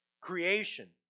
creation